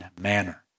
manner